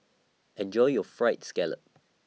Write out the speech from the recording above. Enjoy your Fried Scallop